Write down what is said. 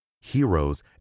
heroes